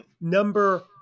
number